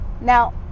now